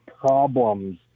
problems